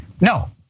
No